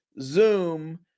Zoom